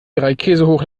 dreikäsehoch